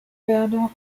werde